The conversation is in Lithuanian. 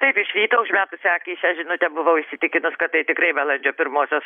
taip iš ryto užmetusi akį į šią žinutę buvau įsitikinus kad tai tikrai balandžio pirmosios